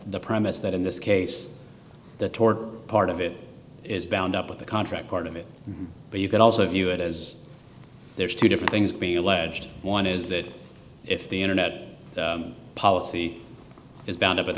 the premise that in this case the tour part of it is bound up with the contract part of it but you could also view it as there's two different things being alleged one is that if the internet policy is bound up with the